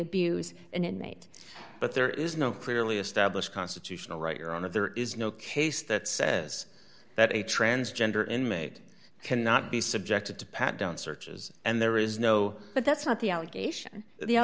abuse an inmate but there is no clearly established constitutional right your honor there is no case that says that a transgender inmate cannot be subjected to pat down searches and there is no but that's not the allegation the